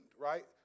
right